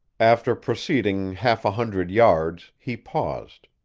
after proceeding half a hundred yards, he paused.